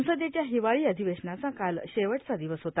संसदेच्या हिवाळी अधिवेशनाचा काल शेवटचा दिवस होता